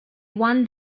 won